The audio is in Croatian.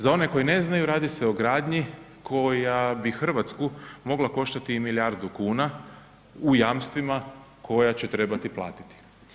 Za one koji ne znaju, radi se o gradnji koja bi RH mogla koštati i milijardu kuna u jamstvima koja će trebati platiti.